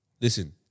listen